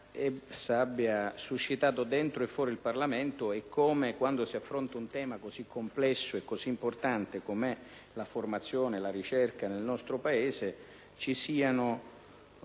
essa abbia suscitato dentro e fuori il Parlamento e come, quando si affronta un tema così complesso e così importante quale la formazione e la ricerca nel nostro Paese, ci siano